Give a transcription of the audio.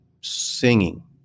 singing